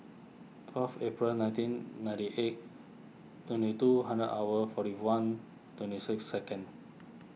fourth April nineteen ninety eight twenty two hundred hour forty one twenty six second